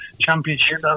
Championship